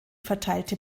verteilte